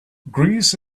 greece